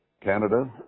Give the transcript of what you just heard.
Canada